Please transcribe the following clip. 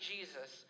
Jesus